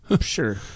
Sure